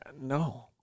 no